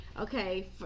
Okay